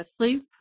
asleep